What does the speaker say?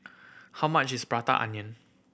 how much is Prata Onion